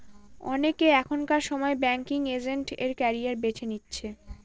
অনেকে এখনকার সময় ব্যাঙ্কিং এজেন্ট এর ক্যারিয়ার বেছে নিচ্ছে